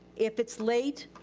if it's late,